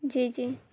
جی جی